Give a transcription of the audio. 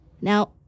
Now